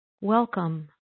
welcome